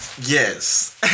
Yes